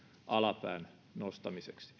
alapään nostamiseksi